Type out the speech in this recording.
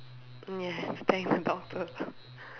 mm ya I must thank the doctor